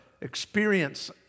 experience